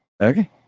Okay